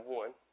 one